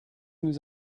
nous